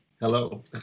Hello